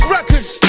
Records